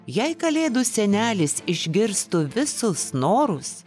jei kalėdų senelis išgirstų visus norus